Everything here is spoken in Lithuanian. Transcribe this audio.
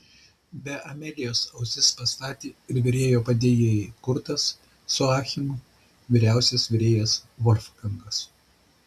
be amelijos ausis pastatė ir virėjo padėjėjai kurtas su achimu vyriausiasis virėjas volfgangas